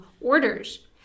orders